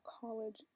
college